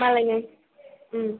मालाय नों